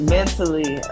Mentally